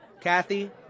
Kathy